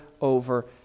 over